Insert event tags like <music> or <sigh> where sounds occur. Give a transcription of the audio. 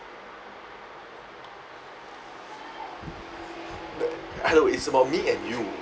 <noise> I know it's about me and you